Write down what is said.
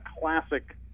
classic